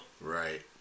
Right